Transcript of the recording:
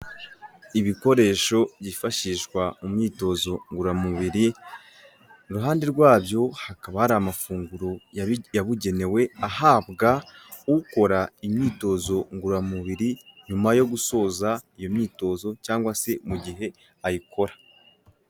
Ibikoresho byifashishwa mu myitozo ngororamubiri iruhande rwabyo hakaba hari amafunguro yabugenewe ahabwa ukora imyitozo ngororamubiri nyuma yo gusoza iyo myitozo cyangwa se mu gihe ayikora.